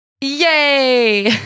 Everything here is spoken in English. Yay